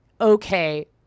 okay